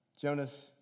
Jonas